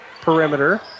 perimeter